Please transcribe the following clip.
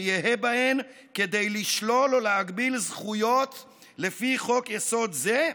שיהא בהן כדי לשלול או להגביל זכויות לפי חוק-יסוד זה,